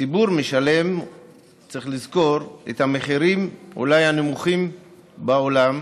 הציבור משלם את המחירים שהם אולי הנמוכים בעולם,